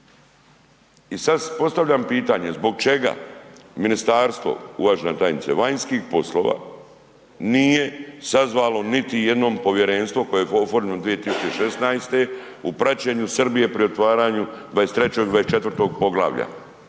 I sad postavljam pitanje, zbog čega Ministarstvo vanjskih poslova nije sazvalo niti jednom povjerenstvo koje je oformljeno 2016. u praćenju Srbije pri otvaranju 23. i 24. Poglavlja,